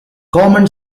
common